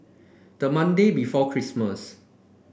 the Monday before Christmas